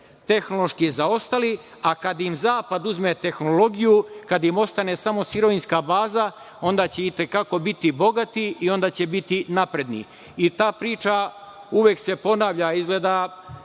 tehnološki zaostali, a kad im zapad uzme tehnologiju, kada im ostane samo sirovinska baza, onda će i te kako biti bogati i onda će biti napredni. Ta priča uvek se ponavlja. Izgleda